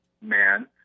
man